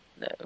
No